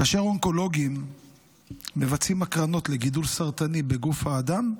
כאשר אונקולוגים מבצעים הקרנות לגידול סרטני בגוף האדם,